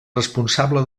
responsable